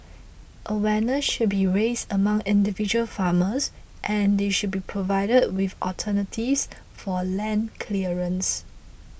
awareness should be raised among individual farmers and they should be provided with alternatives for land clearance